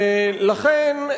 לכן,